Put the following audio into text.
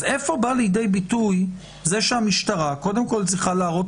איפה בא לידי ביטוי זה שהמשטרה צריכה להראות